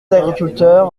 agriculteurs